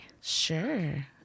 sure